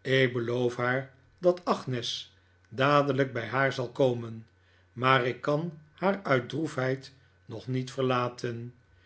ik beloof haar dat agnes dadelijk bij haar zal komen maar ik kan haar uit droefheid nog niet verlaten